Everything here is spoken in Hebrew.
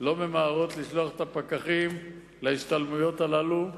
לא ממהרות לשלוח את הפקחים להשתלמויות הללו.